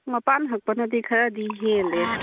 ꯃꯄꯥꯟ ꯍꯛꯄꯅꯗꯤ ꯈꯔꯗꯤ ꯍꯦꯜꯂꯦ